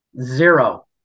zero